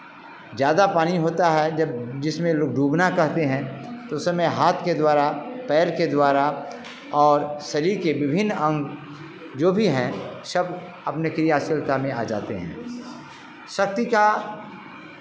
ज़्यादा पानी होता है जब जिसमें लोग डूबना कहते हैं तो उस समय हाथ के द्वारा पैर के द्वारा और शरीर के विभिन्न अंग जो भी हैं सब अपने क्रियाशीलता में आ जाते हैं शक्ति का